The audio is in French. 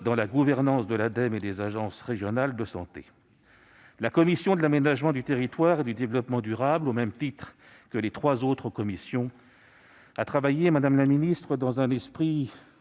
dans la gouvernance de l'Ademe et des agences régionales de santé. La commission de l'aménagement du territoire et du développement durable, au même titre que les trois autres commissions, a travaillé dans un esprit